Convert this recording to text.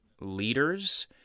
leaders